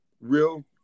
real